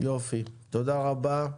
יופי, תודה רבה.